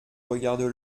regardent